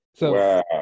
Wow